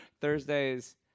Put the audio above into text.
thursdays